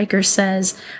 says